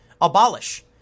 abolish